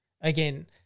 again